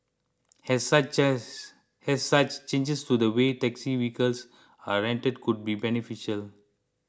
as such as as such changes to the way taxi vehicles are rented could be beneficial